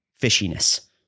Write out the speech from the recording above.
fishiness